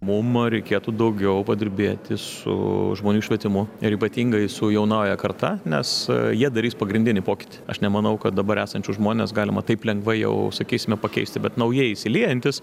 mum reikėtų daugiau padirbėti su žmonių švietimu ir ypatingai su jaunąja karta nes jie darys pagrindinį pokytį aš nemanau kad dabar esančius žmones galima taip lengvai jau sakysime pakeisti bet naujai įsiliejantys